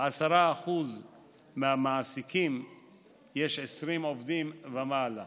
לכ-10% מהמעסיקים יש 20 עובדים ומעלה.